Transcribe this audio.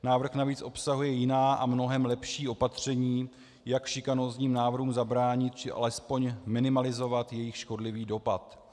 Návrh navíc obsahuje jiná a mnohem lepší opatření, jak šikanózním návrhům zabránit či alespoň minimalizovat jejich škodlivý dopad.